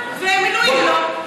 ביום ראשון,